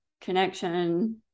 connection